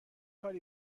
کاری